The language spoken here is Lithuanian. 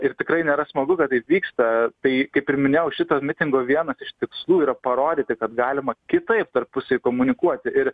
ir tikrai nėra smagu kad taip vyksta tai kaip ir minėjau šito mitingo vienas iš tikslų yra parodyti kad galima kitaip tarpusavy komunikuoti ir